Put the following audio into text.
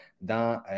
dans